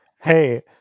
Hey